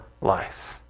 life